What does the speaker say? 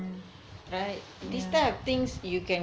mm yeah